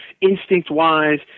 instinct-wise